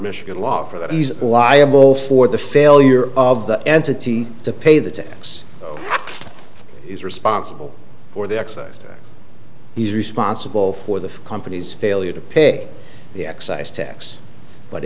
michigan law for that he's liable for the failure of the entity to pay the tax is responsible for the excess he's responsible for the company's failure to pay the excise tax but